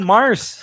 Mars